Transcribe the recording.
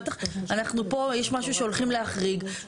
אנחנו פה יש משהו שהולכים להחריג.